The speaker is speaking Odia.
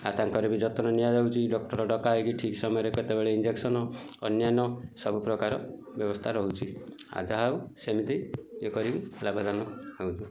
ଆଉ ତାଙ୍କର ବି ଯତ୍ନ ନିଆ ଯାଉଛି ଡକ୍ଟର ଡକା ହେଇକି ଠିକ୍ ସମୟରେ କେତେବେଳେ ଇଞ୍ଜେକ୍ସନ୍ ଅନ୍ୟାନ୍ୟ ସବୁ ପ୍ରକାର ବ୍ୟବସ୍ଥା ରହୁଛି ଆଉ ଯାହା ହଉ ସେମିତି ଇଏ କରିକି ଲାଭବାନ ହୁଅନ୍ତୁ